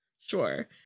Sure